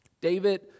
David